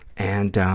and,